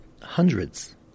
hundreds